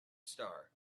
star